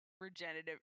regenerative